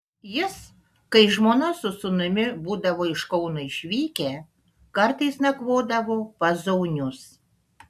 jis kai žmona su sūnumi būdavo iš kauno išvykę kartais nakvodavo pas zaunius